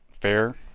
fair